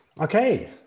Okay